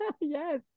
Yes